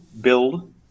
build